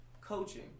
coaching